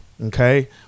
okay